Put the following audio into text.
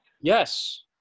Yes